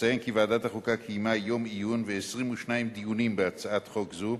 אציין כי ועדת החוקה קיימה יום עיון ו-22 דיונים בהצעה זו,